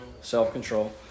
self-control